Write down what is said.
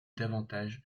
davantage